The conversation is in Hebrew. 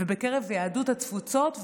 בקרב יהדות התפוצות,